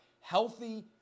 healthy